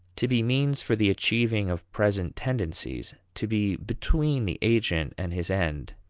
to be means for the achieving of present tendencies, to be between the agent and his end,